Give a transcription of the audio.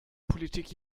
politik